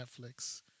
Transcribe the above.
Netflix